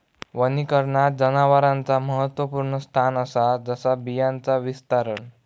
वनीकरणात जनावरांचा महत्त्वपुर्ण स्थान असा जसा बियांचा विस्तारण